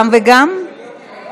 ההצעה